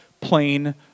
plain